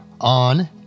on